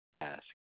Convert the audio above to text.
ask